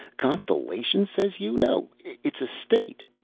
constellation, says you? no it's a state.